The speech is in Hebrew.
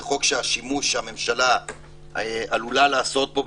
זה חוק שהשימוש שהממשלה עלולה לעשות בו,